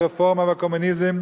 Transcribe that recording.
הרפורמה והקומוניזם.